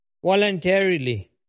Voluntarily